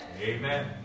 Amen